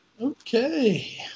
Okay